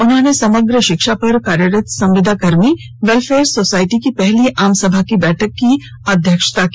उन्होंने समग्र शिक्षा पर कार्यरत संविदा कर्मी वेलफेयर सोसाइटी की पहली आमसभा की बैठक की अध्यक्षता की